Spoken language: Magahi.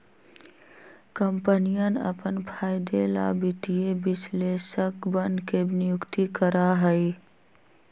कम्पनियन अपन फायदे ला वित्तीय विश्लेषकवन के नियुक्ति करा हई